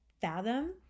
fathom